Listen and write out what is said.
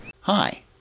Hi